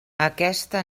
aquesta